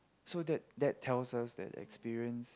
so that that tells us that experience